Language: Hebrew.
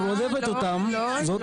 לא,